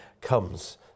comes